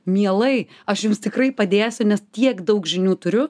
mielai aš jums tikrai padėsi nes tiek daug žinių turiu